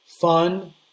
fun